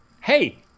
hey